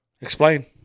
Explain